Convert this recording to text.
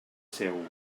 seu